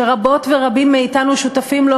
שרבות ורבים מאתנו שותפים לו,